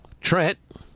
Trent